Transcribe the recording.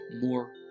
more